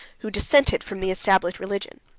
who dissented from the established religion.